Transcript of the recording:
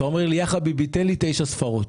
אתה אומר לי תן לי תשע ספרות.